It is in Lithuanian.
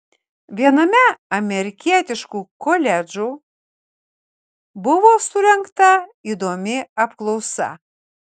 viename amerikietiškų koledžų buvo surengta įdomi apklausa